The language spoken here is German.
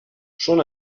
schon